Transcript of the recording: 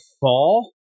fall